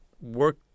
work